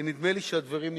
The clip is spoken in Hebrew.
כי נדמה לי שהדברים נשמעו.